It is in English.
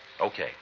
Okay